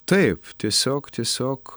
taip tiesiog tiesiog